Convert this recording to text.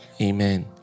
Amen